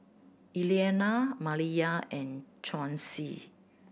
Elianna Maliyah and Chauncy